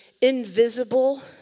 invisible